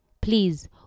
Please